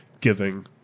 giving